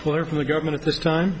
for from the government at this time